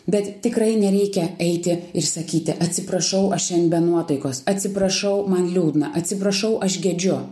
bet tikrai nereikia eiti ir sakyti atsiprašau aš šiandien nuotaikos atsiprašau man liūdna atsiprašau aš gedžiu